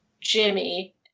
Jimmy